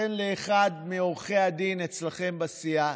תן לאחד מעורכי הדין אצלכם בסיעה,